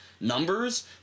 numbers